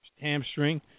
hamstring